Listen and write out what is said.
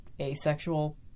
asexual